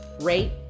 rate